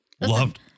Loved